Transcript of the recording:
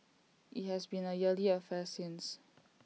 IT has been A yearly affair since